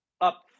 up